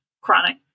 chronic